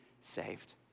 saved